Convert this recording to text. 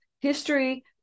history